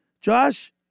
josh